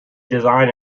design